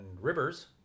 rivers